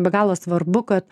be galo svarbu kad